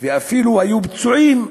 ואפילו פצועים.